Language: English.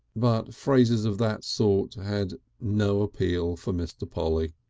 but phrases of that sort had no appeal for mr. polly.